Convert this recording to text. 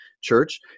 Church